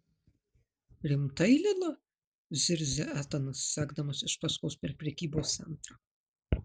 rimtai lila zirzia etanas sekdamas iš paskos per prekybos centrą